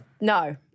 No